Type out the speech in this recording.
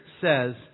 says